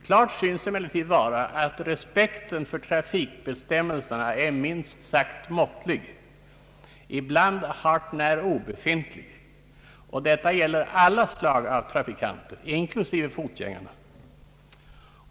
Klart synes emellertid vara att respekten för trafikbestämmelserna är minst sagt måttlig, ibland hart när obefintlig. Detta gäller alla slag av trafikanter inklusive fotgängare.